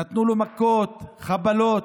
נתנו לו מכות, חבלות,